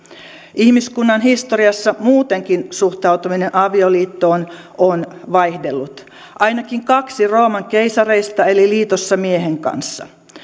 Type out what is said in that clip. ihmiskunnan historiassa muutenkin suhtautuminen avioliittoon on vaihdellut ainakin kaksi rooman keisareista eli liitossa miehen kanssa